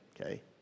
Okay